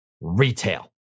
retail